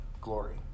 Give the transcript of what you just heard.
glory